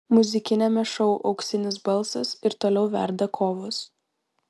muzikiniame šou auksinis balsas ir toliau verda kovos